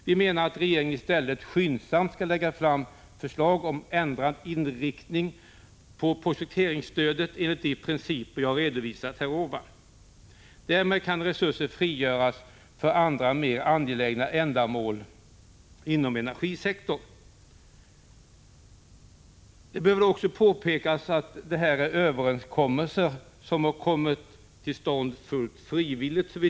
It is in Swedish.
Vi menar att regeringen i stället skyndsamt skall framlägga förslag om ändrad inriktning på prospekteringsstödet enligt de principer jag här redovisat. Därmed kan resurser frigöras för andra, mer angelägna ändamål inom energisektorn. Det bör väl också påpekas att det här är överenskommelser som kommit till stånd fullt frivilligt.